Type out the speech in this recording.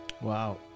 Wow